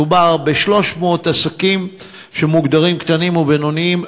מדובר ב-300 עסקים שמוגדרים קטנים ובינוניים.